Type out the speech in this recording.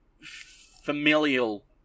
familial